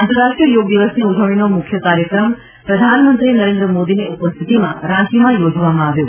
આંતરરાષ્ટ્રીય યોગ દિવસની ઉજવણીનો મુખ્ય કાર્યક્રમ પ્રધાનમંત્રી નરેન્દ્ર મોદીની ઉપસ્થિતિમાં રાંચીમાં યોજવામાં આવ્યો